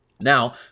Now